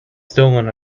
stolen